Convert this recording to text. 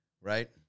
right